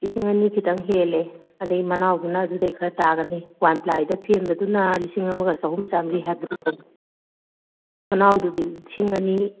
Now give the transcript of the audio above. ꯂꯤꯁꯤꯡ ꯑꯅꯤ ꯈꯤꯇꯪ ꯍꯦꯜꯂꯦ ꯑꯗꯩ ꯃꯅꯥꯎꯗꯨꯅ ꯑꯗꯨꯗꯩ ꯈꯔ ꯇꯥꯒꯅꯤ ꯋꯥꯟ ꯄ꯭ꯂꯥꯏꯗ ꯐꯦꯟꯕꯗꯨꯅ ꯂꯤꯁꯤꯡ ꯑꯃꯒ ꯆꯍꯨꯝ ꯆꯥꯃꯔꯤ ꯃꯅꯥꯎꯗꯨꯗꯤ ꯂꯤꯁꯤꯡ ꯑꯅꯤ